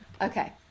Okay